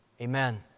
Amen